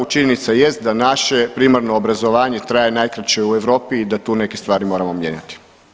Činjenica jest da naše primarno obrazovanje traje najkraće u Europi i da tu neke stvari moramo mijenjati.